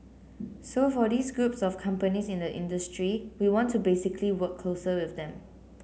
so for these groups of companies in the industry we want to basically work closer with them